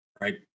right